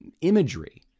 imagery